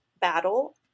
battle